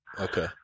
Okay